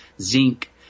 zinc